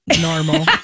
normal